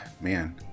man